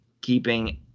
keeping